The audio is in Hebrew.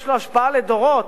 יש לו השפעה לדורות,